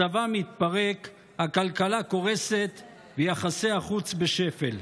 הצבא מתפרק, הכלכלה קורסת ויחסי החוץ בשפל.